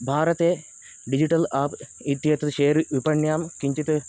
भारते digital app इत्यत्र शेर्विपण्याम् किञ्चित्